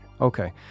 Okay